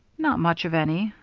not much of any.